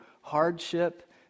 hardship